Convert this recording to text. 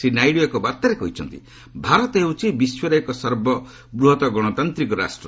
ଶ୍ରୀ ନାଇଡୁ ଏକ ବାର୍ତ୍ତାରେ କହିଛନ୍ତି ଭାରତ ହେଉଛି ବିଶ୍ୱରେ ଏକ ସର୍ବ ଗଣତାନ୍ତ୍ରିକ ରାଷ୍ଟ୍ର